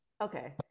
okay